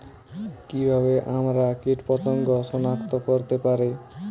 কিভাবে আমরা কীটপতঙ্গ সনাক্ত করতে পারি?